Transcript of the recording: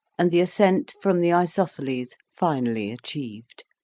and the ascent from the isosceles finally achieved.